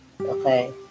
okay